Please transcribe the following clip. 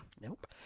nope